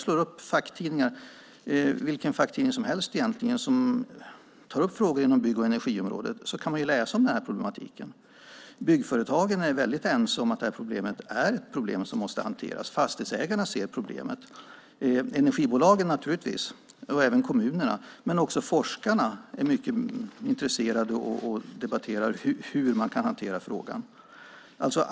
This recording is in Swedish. Slår man upp vilken facktidning som helst som tar upp frågor inom bygg och energiområdet kan man läsa om denna problematik. Byggföretagen är ense om att detta är ett problem som måste hanteras. Fastighetsägarna, energibolagen och kommunerna ser problemet. Också forskarna är mycket intresserade och debatterar hur man kan hantera frågan.